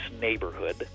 neighborhood